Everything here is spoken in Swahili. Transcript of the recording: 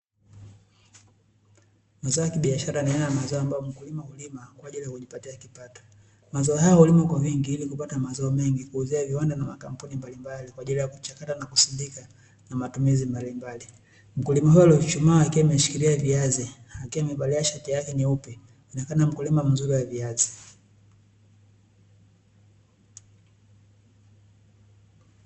Mazao ya kibiashara ni aina ya mazao ambayo mkulima hulima kwa ajili ya kujipatia kipato. Mazao hayo hukimwa kwa wingi ili kupata mazao mengi, kuuzia viwanda na makampuni mbalimbali kwa ajili ya kuchakata na kusindika na matumiza mbalimbali. Mkulima huyo akiyechuchumaa akiwa ameshiia viazi akiwa amevalia mashati yake meupe anaonekana mkulima mzuri wa viazi.